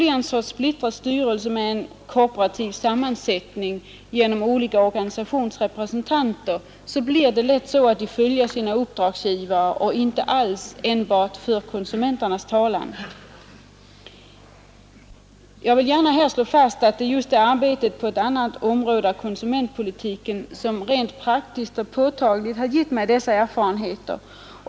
I en splittrad styrelse med korporativ sammansättning genom olika organisationers representanter blir det lätt så att de följer sina uppdragsgivare och inte enbart för konsumenternas talan. Jag vill gärna här slå fast att det är just arbetet på ett annat område av konsumentpolitiken som rent praktiskt och påtagligt har givit mig dessa erfarenheter.